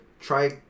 try